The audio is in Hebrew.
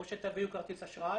או שתביאו כרטיס אשראי,